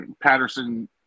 Patterson